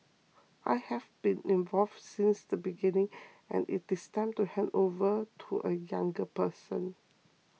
I have been involved since the beginning and it is time to hand over to a younger person